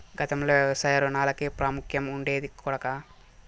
గతంలో వ్యవసాయ రుణాలకే ప్రాముఖ్యం ఉండేది కొడకా